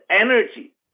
energy